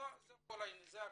זו הכוונה.